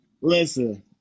Listen